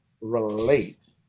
relate